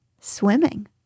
Swimming